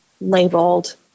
labeled